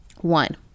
One